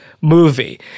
movie